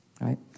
right